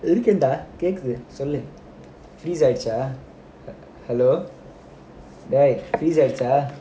இருக்கேன்:irukkaen dah கேட்க்குது சொல்லு:kekkuthu sollu freeze ஆகிருச்சா:aagiruchaa hello dey freeze ஆகிருச்சா:agiruchaa